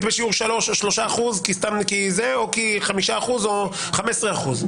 בשיעור שלושה אחוזים או חמישה אחוזים או 15 אחוזים.